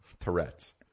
tourette's